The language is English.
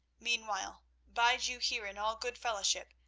meanwhile, bide you here in all good fellowship,